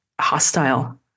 hostile